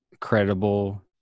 credible